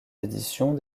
éditions